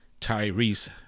Tyrese